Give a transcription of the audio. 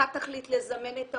אחת תחליט לזמן את ההורים.